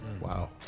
Wow